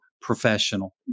professional